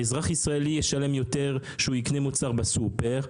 האזרח הישראלי ישלם יותר כשהוא יקנה מוצר בסופר.